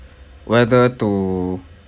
whether to